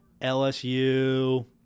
LSU